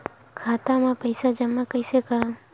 खाता म पईसा जमा कइसे करव?